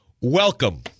Welcome